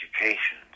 education